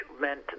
meant